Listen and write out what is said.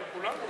שלי יחימוביץ,